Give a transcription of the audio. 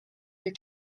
your